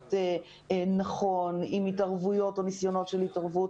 פחות נכון, עם התערבויות או ניסיונות להתערבות.